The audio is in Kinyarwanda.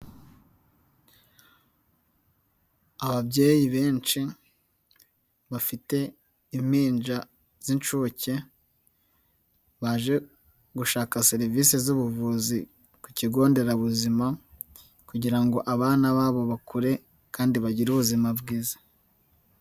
Ababyeyi benshi bafite impinja z'inshuke baje gushaka serivisi z'ubuvuzi ku kigo nderabuzima kugira ngo abana babo bakure kandi bagire ubuzima bwiza.